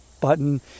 button